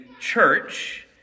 church